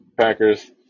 Packers